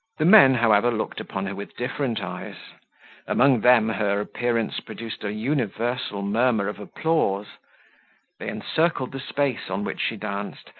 the men, however, looked upon her with different eyes among them her appearance produced a universal murmur of applause they encircled the space on which she danced,